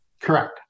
Correct